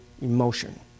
emotion